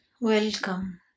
welcome